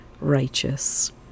righteous